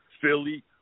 Philly